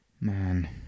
Man